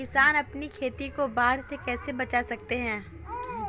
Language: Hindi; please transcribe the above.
किसान अपनी खेती को बाढ़ से कैसे बचा सकते हैं?